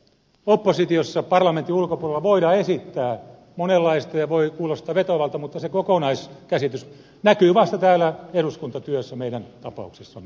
oppositiossa parlamentin ulkopuolella voidaan esittää monenlaista ja se voi kuulostaa vetoavalta mutta se kokonaiskäsitys näkyy vasta täällä eduskuntatyössä meidän tapauksessamme